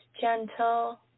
gentle